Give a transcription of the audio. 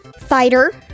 Fighter